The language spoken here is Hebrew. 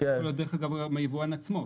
דרך אגב הוא מהיבואן עצמו,